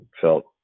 felt